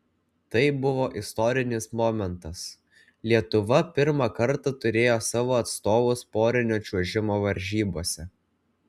tai buvo istorinis momentas lietuva pirmą kartą turėjo savo atstovus porinio čiuožimo varžybose